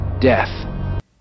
death